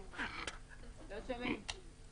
ראשית, בנושא סיוע.